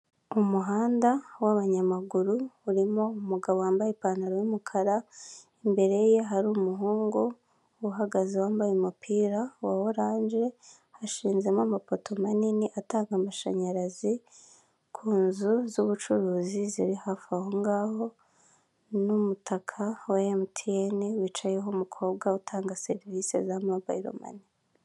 Umuhanda w'abanyamaguru urimo umugabo wambaye ipantaro y'umukara, imbere ye hari umuhungu uhagaze wambaye umupira wa orange, hashinzemo amapoto manini atanga amashanyarazi ku nzu z'ubucuruzi ziri hafi aho ngaho, n'umutaka wa Emutiyene wicayeho umukobwa utanga serivisi za Mobayiro Mani.